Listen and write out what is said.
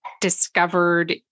discovered